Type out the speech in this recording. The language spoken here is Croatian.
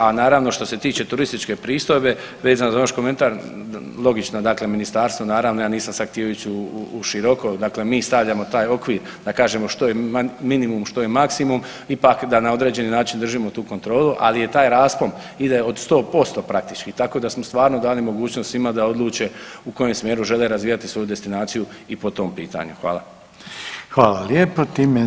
A naravno što se tiče turističke pristojbe, vezano za vaš komentar logično dakle ministarstvo naravno ja nisam sad htio ići u široko, dakle mi stavljamo taj okvir da kažemo što je minimum, što je maksimum ipak da na određeni način držimo tu kontrolu ali je taj raspon ide od 100% praktički tako da smo stvarno dali mogućnost svima da odluče u kojem smjeru žele razvijati svoju destinaciju i po tom pitanju.